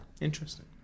Interesting